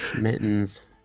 Mittens